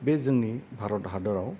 बे जोंनि भारत हादोराव